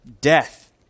death